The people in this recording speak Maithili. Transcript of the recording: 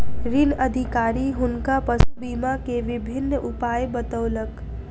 ऋण अधिकारी हुनका पशु बीमा के विभिन्न उपाय बतौलक